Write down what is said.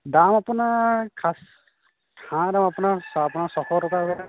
দাম আপোনাৰ খাচী হাঁহৰ দাম আপোনাৰ ছ আপোনাৰ ছশ টকাকৈ